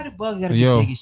Yo